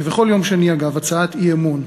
כבכל יום שני, אגב, הצעת אי-אמון,